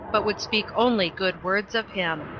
but would speak only good words of him.